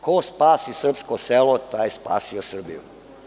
Ko spasi srpsko selo taj je spasio Srbiju.